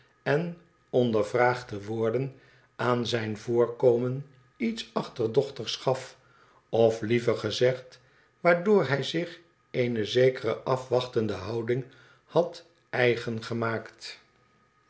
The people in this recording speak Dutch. en ondervraagd te worden aan zijn voorkomen iets achterdochtigs gaf of liever gezegd waardoor hij zich eene zekere afwachtende houding had eigen gemaakt